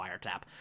wiretap